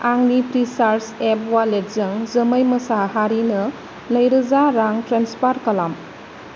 आंनि Freecharge app अवालेटजों जोमै मुसाहारिनों नै रोजा रां ट्रेन्सफार खालाम